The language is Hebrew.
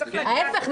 ההפך,